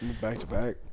Back-to-back